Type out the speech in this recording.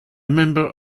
member